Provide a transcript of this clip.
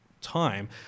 time